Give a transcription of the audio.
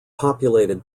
populated